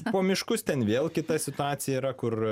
po miškus ten vėl kita situacija yra kur